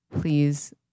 please